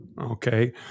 okay